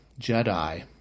JEDI